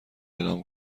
اعلام